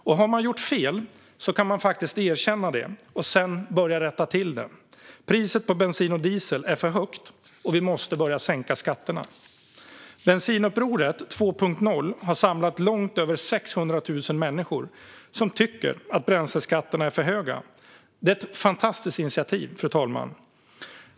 Om man har gjort fel kan man erkänna det och sedan börja rätta till det. Priset på bensin och diesel är för högt, och vi måste börja sänka skatterna. Bensinupproret 2.0 har samlat långt över 600 000 människor som tycker att bränsleskatterna är för höga. Det är ett fantastiskt initiativ, fru talman.